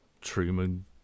Truman